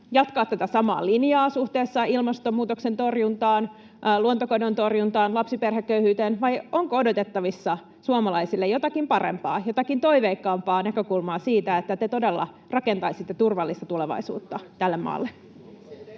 jatkaa tätä samaa linjaa suhteessa ilmastonmuutoksen torjuntaan, luontokadon torjuntaan, lapsiperheköyhyyteen, vai onko odotettavissa suomalaisille jotakin parempaa, jotakin toiveikkaampaa näkökulmaa siitä, että te todella rakentaisitte turvallista tulevaisuutta tälle maalle?